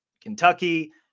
Kentucky